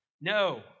No